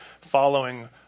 following